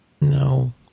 No